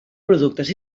productes